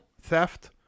theft